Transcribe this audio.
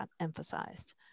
emphasized